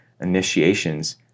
initiations